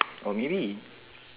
or maybe